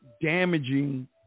damaging